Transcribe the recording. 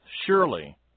surely